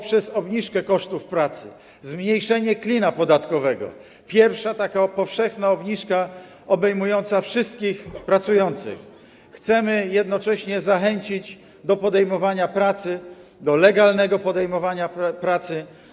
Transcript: Poprzez obniżkę kosztów pracy, zmniejszenie klina podatkowego - to pierwsza taka powszechna obniżka obejmująca wszystkich pracujących - chcemy zachęcić do podejmowania pracy, do legalnego podejmowania pracy.